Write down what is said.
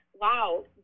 wow